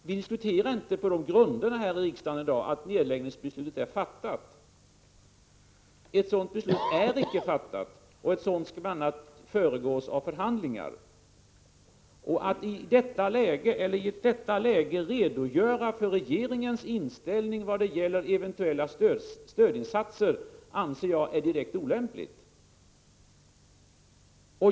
Vi diskuterar här i riksdagen i dag inte på de grunderna att nedläggningsbeslutet är fattat. Ett sådant beslut är icke fattat, och ett sådant skulle bl.a. föregås av förhandlingar. Att i detta läge redogöra för regeringens inställning vad det gäller eventuella stödinsatser anser jag direkt olämpligt.